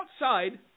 outside